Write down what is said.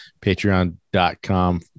patreon.com